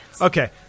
Okay